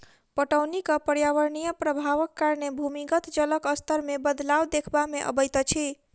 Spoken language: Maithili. पटौनीक पर्यावरणीय प्रभावक कारणें भूमिगत जलक स्तर मे बदलाव देखबा मे अबैत अछि